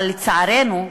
אבל, לצערנו,